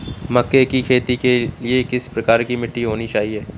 मक्के की खेती के लिए किस प्रकार की मिट्टी होनी चाहिए?